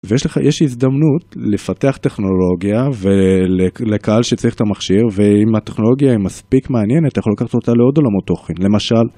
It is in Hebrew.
ויש לך יש הזדמנות לפתח טכנולוגיה ולקהל שצריך את המכשיר ואם הטכנולוגיה היא מספיק מעניינת אתה יכול לקחת אותה לעוד עולמו תוכן למשל..